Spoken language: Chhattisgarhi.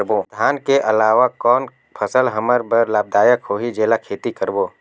धान के अलावा कौन फसल हमर बर लाभदायक होही जेला खेती करबो?